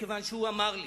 מכיוון שהוא אמר לי,